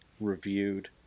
reviewed